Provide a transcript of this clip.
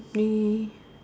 he